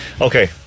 Okay